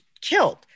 killed